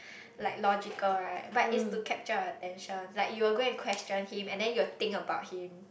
like logical right but it's to capture attention like you will go and question him and then you will think about him